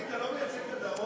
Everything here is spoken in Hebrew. תגיד, אתה לא מייצג את הדרום?